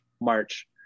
March